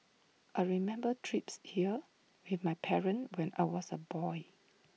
I remember trips here with my parents when I was A boy